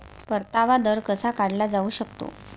परतावा दर कसा काढला जाऊ शकतो?